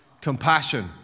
compassion